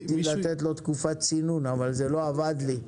רציתי לתת לו תקופת צינון אבל זה לא עבד לי.